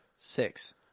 Six